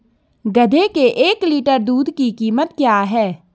गधे के एक लीटर दूध की कीमत क्या है?